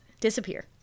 disappear